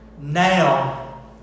Now